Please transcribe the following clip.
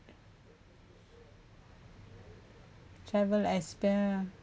travel experience